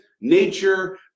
nature